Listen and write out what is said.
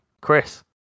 Chris